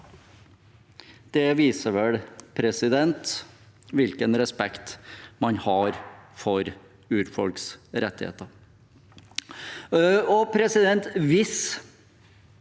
Det viser vel hvilken respekt man har for urfolks rettigheter.